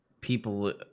people